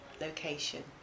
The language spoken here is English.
location